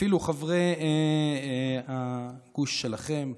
אפילו חברי הגוש שלכם,